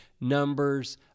numbers